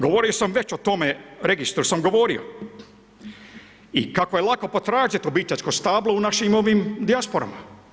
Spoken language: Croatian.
Govorio sam već o tome, registru sam govorio i kako je lako potražiti obiteljsko stablo u našim ovim dijasporama.